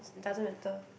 doesn't matter